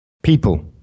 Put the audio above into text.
People